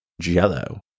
jello